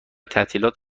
تعطیلات